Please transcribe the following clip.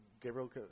Gabriel